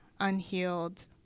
unhealed